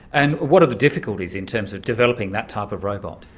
and what are the difficulties in terms of developing that type of robot?